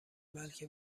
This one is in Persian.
بلکه